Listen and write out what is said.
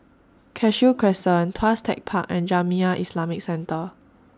Cashew Crescent Tuas Tech Park and Jamiyah Islamic Centre